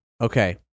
Okay